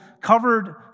covered